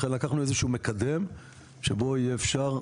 לכן לקחנו איזה שהוא מקדם שבו יהיה אפשר,